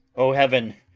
o heaven,